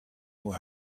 nur